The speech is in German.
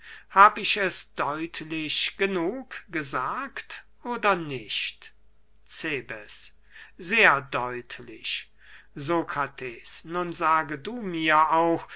hab ich es deutlich genug gesagt oder nicht cebes sehr deutlich sokrates nun sage du mir auch